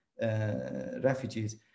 refugees